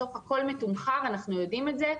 בסוף הכול מתומחר ואנחנו יודעים את זה.